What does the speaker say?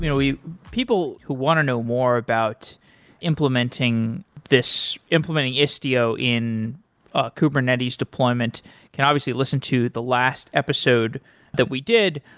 you know people who want to know more about implementing this implementing istio in ah kubernetes deployment can obviously listen to the lasts episode that we did.